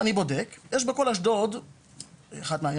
אני בודק איפה יש עמדת שירות באשדוד שהיא מבין הערים